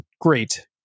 great